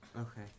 Okay